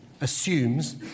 assumes